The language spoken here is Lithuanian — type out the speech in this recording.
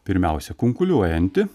pirmiausia kunkuliuojanti